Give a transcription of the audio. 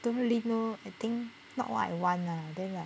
don't really know I think not what I want lah then like